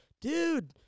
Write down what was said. dude